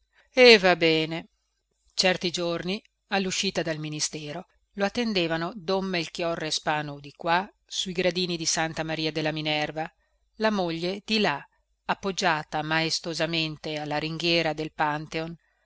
e va bene certi giorni alluscita dal ministero lo attendevano don melchiorre spanu di qua sui gradini di santa maria della minerva la moglie di là appoggiata maestosamente alla ringhiera del pantheon